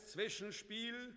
Zwischenspiel